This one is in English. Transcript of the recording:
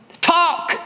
Talk